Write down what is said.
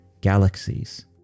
galaxies